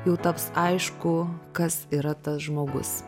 jau taps aišku kas yra tas žmogus